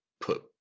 put